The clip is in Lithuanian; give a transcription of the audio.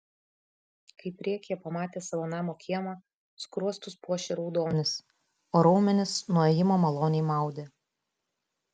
kai priekyje pamatė savo namo kiemą skruostus puošė raudonis o raumenis nuo ėjimo maloniai maudė